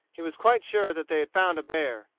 he was quite sure that they had found a bear.